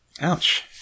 Ouch